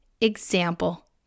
Example